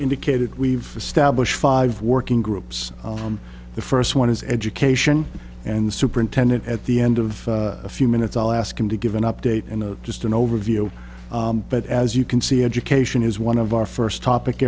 indicated we've established five working groups the first one is education and the superintendent at the end of a few minutes i'll ask him to give an update and just an overview but as you can see education is one of our first topic